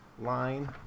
line